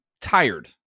tired